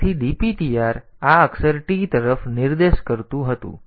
તેથી dptr આ અક્ષર ટી તરફ નિર્દેશ કરતું હતું